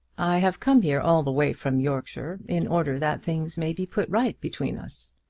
i have come here all the way from yorkshire in order that things may be put right between us.